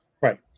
Right